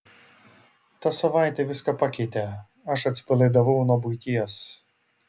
ta savaitė viską pakeitė aš atsipalaidavau nuo buities